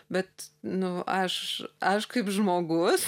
bet nu aš aš kaip žmogus